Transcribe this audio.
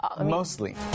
Mostly